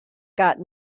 got